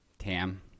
Tam